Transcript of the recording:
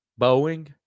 Boeing